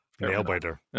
Nail-biter